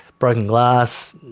broken glass.